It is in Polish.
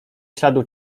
śladu